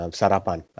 sarapan